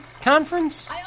conference